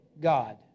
God